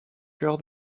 chœur